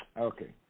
Okay